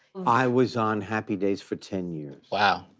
i was on happy days for ten years. wow.